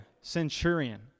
centurion